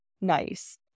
nice